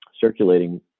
Circulating